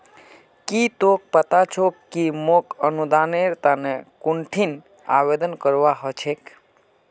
की तोक पता छोक कि मोक अनुदानेर तने कुंठिन आवेदन करवा हो छेक